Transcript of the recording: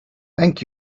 thank